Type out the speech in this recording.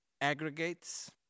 aggregates